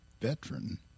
Veteran